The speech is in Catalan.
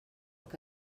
que